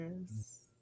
yes